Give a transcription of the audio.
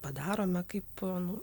padarome kaip nu